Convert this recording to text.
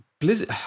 Blizzard